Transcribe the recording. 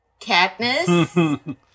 Katniss